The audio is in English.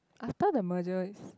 after the merger it's